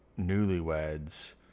newlyweds